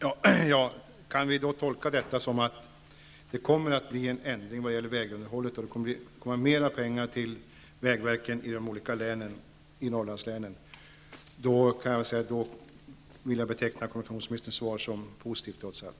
Fru talman! Kan vi tolka detta som att det kommer att bli en förändring vad gäller vägunderhållet, och att det kommer att bli mer pengar till vägverket för de olika Norrlandslänen? Jag kan då beteckna kommunikationsministerns svar som trots allt positivt.